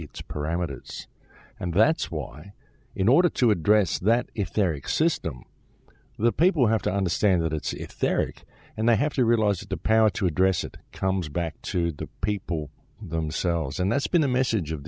its parameters and that's why in order to address that if there exists the people have to understand that it's there and they have to realize that the power to address it comes back to the people themselves and that's been the message of